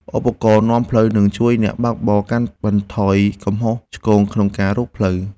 ឧបករណ៍នាំផ្លូវ នឹងជួយអ្នកបើកបរកាត់បន្ថយកំហុសឆ្គងក្នុងការរកផ្លូវ។